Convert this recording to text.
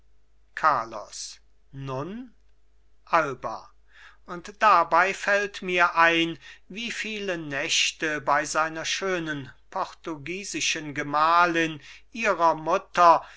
carlos nun alba und dabei fällt mir ein wie viele nächte bei seiner schönen portugiesischen gemahlin ihrer mutter